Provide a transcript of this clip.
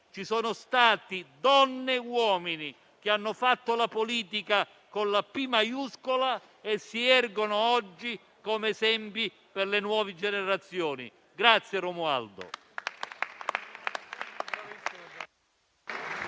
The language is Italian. Ci sono stati donne e uomini che hanno fatto la politica con la p maiuscola e si ergono oggi come esempi per le nuove generazioni. Grazie Romualdo.